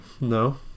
No